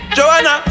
Joanna